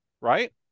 right